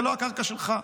זו לא הקרקע שלך,